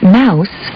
mouse